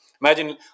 Imagine